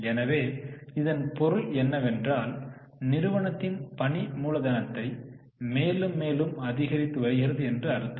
எனவே இதன் பொருள் என்னவென்றால் நிறுவனத்தின் பணி மூலதனத்தை மேலும் மேலும் அதிகரித்து வருகிறது என்று அர்த்தம்